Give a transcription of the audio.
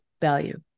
value